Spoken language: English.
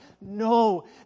No